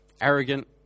arrogant